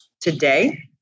today